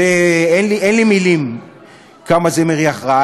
אין לי מילים כמה זה מריח רע.